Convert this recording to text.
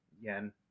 yen